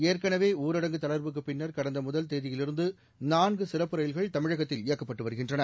ஏற்கனவே ஊரடங்கு தளா்வுக்குப் பின்னா் கடந்த முதல் தேதியிலிருந்து நான்கு சிறப்பு ரயில்கள் தமிழகத்தில் இயக்கப்பட்டு வருகின்றன